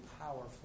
powerful